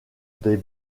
des